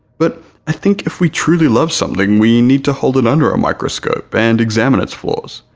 but i think if we truly love something we need to hold it under a microscope and examine its flaws.